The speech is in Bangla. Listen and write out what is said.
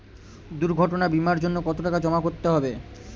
দুর্ঘটনা বিমার জন্য কত টাকা জমা করতে হবে?